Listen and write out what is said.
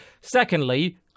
Secondly